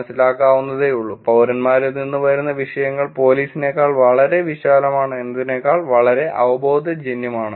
മനസ്സിലാക്കാവുന്നതേയുള്ളൂ പൌരന്മാരിൽ നിന്ന് വരുന്ന വിഷയങ്ങൾ പോലീസിനേക്കാൾ വളരെ വിശാലമാണ് എന്നതിനേക്കാൾ വളരെ അവബോധജന്യമാണ്